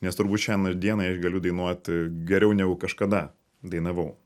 nes turbūt šiandien dienai aš galiu dainuot geriau negu kažkada dainavau